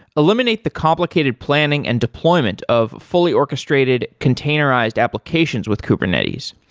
eliminate the complicated planning and deployment of fully orchestrated containerized applications with kubernetes.